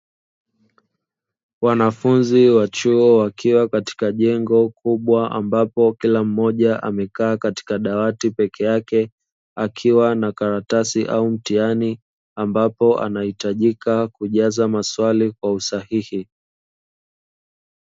Wanafunzi wa chuo wakiwa katika jengo kubwa, ambapo kila mmoja amekaa katika dawati pekeyake, akiwa na karatasi au mtihani ambapo anahitajika kujaza maswali kwa usahihi.